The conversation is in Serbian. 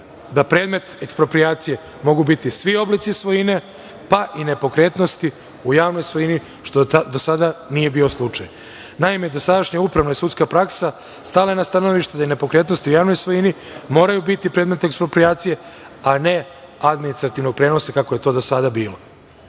da predmet eksproprijacije mogu biti svi oblici svojine, pa i nepokretnosti u javnoj svojini, što do sada nije bio slučaj. Naime, dosadašnja upravna i sudska praksa stala je na stanovište da je nepokretnosti u javnoj svojini moraju biti predmet eksproprijacije, a ne administrativnog prenosa, kako je to do sada bilo,